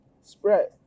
spread